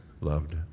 loved